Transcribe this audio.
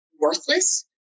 worthless